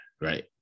right